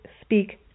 speak